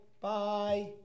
Bye